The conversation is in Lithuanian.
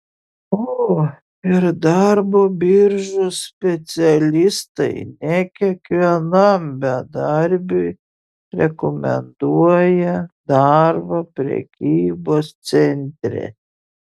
o ir darbo biržos specialistai ne kiekvienam bedarbiui rekomenduoja darbą prekybos centre